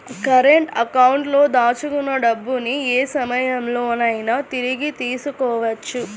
current అకౌంట్లో దాచుకున్న డబ్బుని యే సమయంలోనైనా తిరిగి తీసుకోవచ్చు